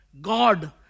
God